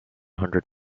hundred